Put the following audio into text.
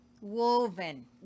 Woven